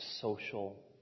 social